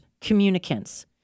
communicants